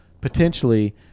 potentially